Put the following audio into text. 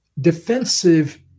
defensive